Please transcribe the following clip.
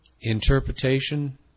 interpretation